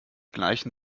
gleichen